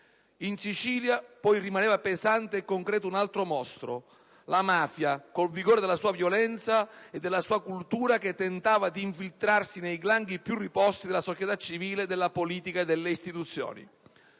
In Sicilia, poi, rimaneva pesante e concreto un altro mostro: la mafia, col vigore della sua violenza e della sua cultura che tentava di infiltrarsi nei gangli più riposti della società civile, della politica e delle istituzioni.